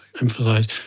emphasize